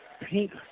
pink